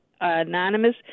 anonymous